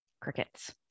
Crickets